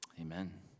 amen